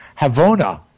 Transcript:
havona